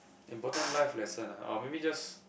important life lesson ah or maybe just